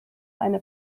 eine